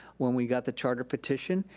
when we got the charter petition,